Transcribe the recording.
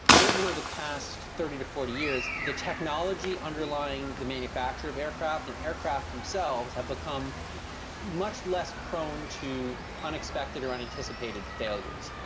over the past thirty to forty years the technology underlying the manufacture of aircraft and aircraft themselves have become much less prone to unexpected or unanticipated failures.